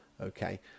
okay